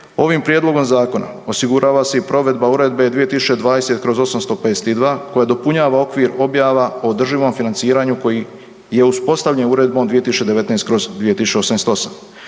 ovim Prijedlogom zakona osigurava se i provedba Uredbe 2020/852 koja dopunjava okvir objava o održivom financiranju koji je uspostavljen Uredbom 2019/2088.